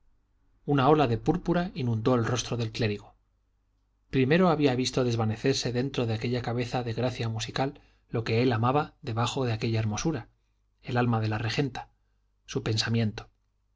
una ola de púrpura inundó el rostro del clérigo primero había visto desvanecerse dentro de aquella cabeza de gracia musical lo que él amaba debajo de aquella hermosura el alma de la regenta su pensamiento